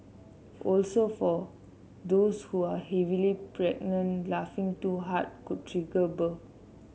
also for those who are heavily pregnant laughing too hard could trigger birth